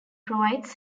provides